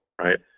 Right